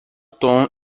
tom